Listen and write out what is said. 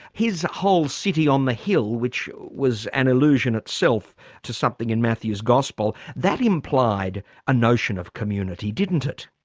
his whole city on the hill which was an allusion itself to something in matthew's gospel, that implied a notion of community didn't it?